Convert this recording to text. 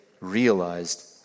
realized